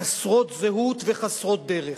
חסרות זהות וחסרות דרך.